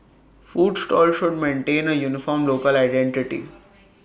food stalls should maintain A uniform local identity